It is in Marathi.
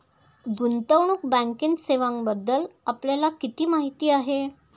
गुंतवणूक बँकिंग सेवांबद्दल आपल्याला किती माहिती आहे?